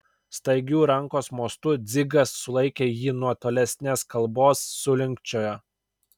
staigiu rankos mostu dzigas sulaikė jį nuo tolesnės kalbos sulinkčiojo